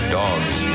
dogs